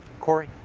cori.